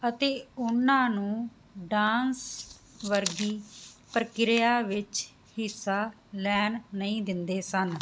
ਅਤੇ ਉਹਨਾਂ ਨੂੰ ਡਾਂਸ ਵਰਗੀ ਪ੍ਰਕਿਰਿਆ ਵਿੱਚ ਹਿੱਸਾ ਲੈਣ ਨਹੀਂ ਦਿੰਦੇ ਸਨ